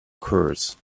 curse